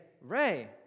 Ray